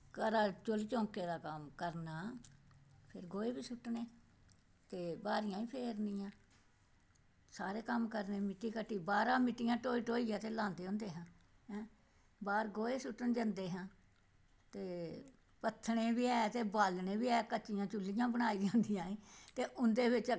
घरै दा बी चुल्हे चौकें दा कम्म करना गोहे बी सोत्तने ते बाहरियां बी फेरनियां सारे कम्म करने बाह्रा मित्तियां ढोही ढोहियै इत्थें लांदे होंदे हे बाह्र गोहा सुट्टन जंदे हे ते बत्थने बी ऐ ते बालनै बी ऐ कच्चियां चुल्हियां बनाई दियां होंदियां हियां ते उंदे बिच